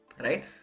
right